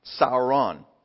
Sauron